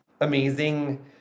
amazing